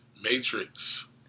Matrix